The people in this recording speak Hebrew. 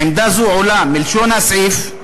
עמדה זו עולה מלשון הסעיף,